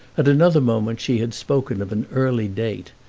at another moment she had spoken of an early date,